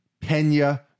Pena